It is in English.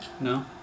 No